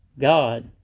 God